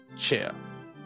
chair